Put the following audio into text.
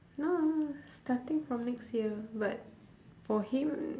no no no starting from next year but for him